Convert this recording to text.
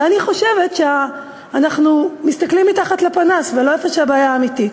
ואני חושבת שאנחנו מסתכלים מתחת לפנס ולא במקום של הבעיה האמיתית.